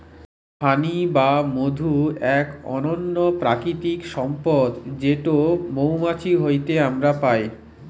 হানি বা মধু এক অনন্য প্রাকৃতিক সম্পদ যেটো মৌমাছি হইতে আমরা পাই